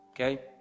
okay